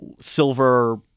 silver